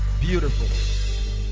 Beautiful